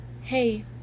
hey